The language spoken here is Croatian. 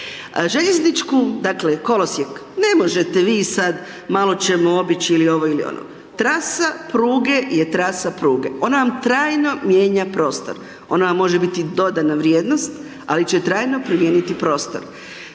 Željezničku, dakle kolosijek, ne možete vi sad malo ćemo obići ili ovo ili ono. Trasa pruge je trasa pruge, ona vam trajno mijenja prostor, ona vam može biti dodana vrijednost ali će trajno promijeniti prostor.